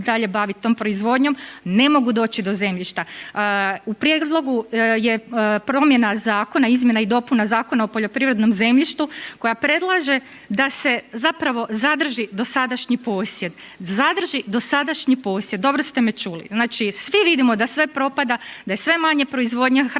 dalje baviti tom proizvodnjom, ne mogu doći do zemljišta. Prijedlogu je promjena zakona, izmjena i dopuna Zakona o poljoprivrednom zemljištu koja predlaže da se zapravo zadrži dosadašnji posjed. Zadrži dosadašnji posjed, dobro ste me čuli. Znači svi vidimo da sve propada, da je sve manje proizvodnje hrane